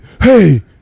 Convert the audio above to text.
hey